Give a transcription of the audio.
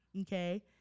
okay